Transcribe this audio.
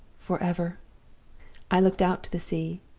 forever i looked out to the sea.